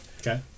Okay